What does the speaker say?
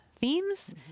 themes